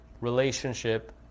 relationship